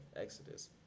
Exodus